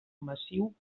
massiu